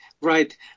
right